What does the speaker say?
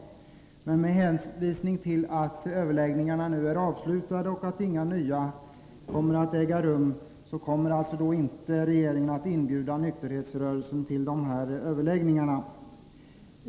Med hänvisning till att överläggningarna nu är avslutade och att inga nya kommer att äga rum slås alltså fast att det inte blir aktuellt med någon inbjudan till nykterhetsrörelsen.